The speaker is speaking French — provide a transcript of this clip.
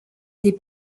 des